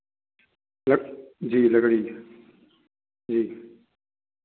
luck जी लकड़ी जी